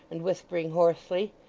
and whispering hoarsely,